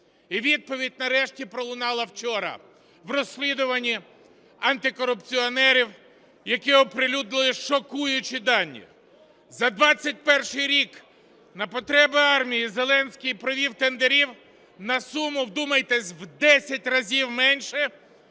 І відповідь нарешті пролунала вчора в розслідуванні антикорупціонерів, які оприлюднили шокуючі дані. За 2021 рік на потреби армії Зеленський провів тендерів на суму, вдумайтесь, в 10 разів менше,